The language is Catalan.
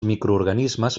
microorganismes